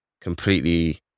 completely